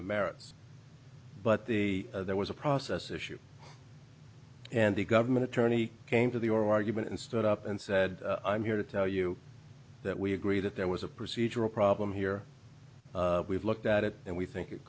the merits but the there was a process issue and the government attorney came to the oral argument and stood up and said i'm here to tell you that we agree that there was a procedural problem here we've looked at it and we think it